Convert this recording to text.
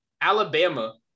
Alabama